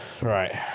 Right